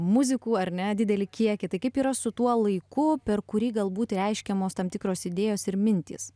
muzikų ar ne didelį kiekį tai kaip yra su tuo laiku per kurį galbūt reiškiamos tam tikros idėjos ir mintys